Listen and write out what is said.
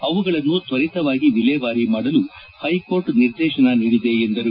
ಅವುಗಳನ್ನು ತ್ವರಿತವಾಗಿ ವಿಲೇವಾರಿ ಮಾಡಲು ಹೈಕೋರ್ಟ್ ನಿರ್ದೇಶನ ನೀಡಿದೆ ಎಂದರು